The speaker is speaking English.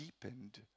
deepened